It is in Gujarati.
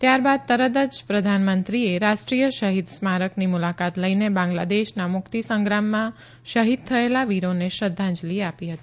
ત્યારબાદ તરત જ પ્રધાનમંત્રીએ રાષ્ટ્રીય શહીદ સ્મારકની મુલાકાત લઇને બાંગ્લાદેશના મુકિત સંગ્રામમાં શહીદ થયેલા વીરોને શ્રધ્ધાંજલી આપી હતી